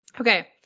okay